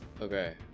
Okay